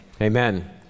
amen